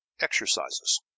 Exercises